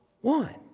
one